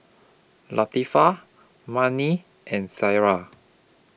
Latifa Murni and Sarah